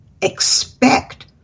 expect